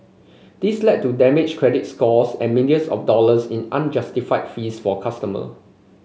this led to damaged credit scores and millions of dollars in unjustified fees for customer